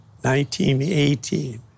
1918